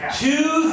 two